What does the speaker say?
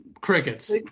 crickets